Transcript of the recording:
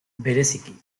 bereziki